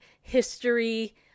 history